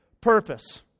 purpose